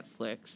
Netflix